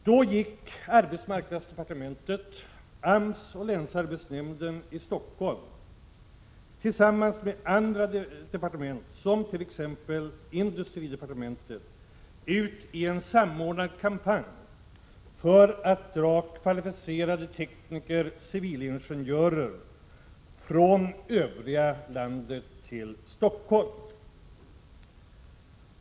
Då gick arbetsmarknadsdepartementet, AMS och länsarbetsnämnden i Stockholm ut i en samordnad kampanj tillsammans med andra departement, bl.a. industridepartementet, för att dra kvalificerade tekniker och civilingenjörer från övriga landet till Stockholm.